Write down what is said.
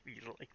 easily